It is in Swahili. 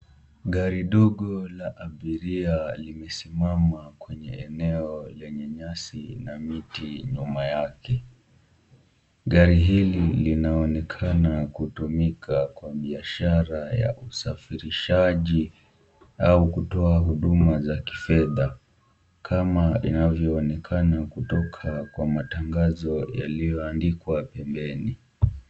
Gari dogo la abiria limesimama kwenye eneo lenye nyasi na miti nyuma yake. Gari hili linaonekana kutumika kwa biashara ya usafirishaji au kutoa huduma za kifedha kama inavyoonekana kutoka kwa matangazo yalioandikwa pembeni.